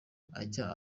ujya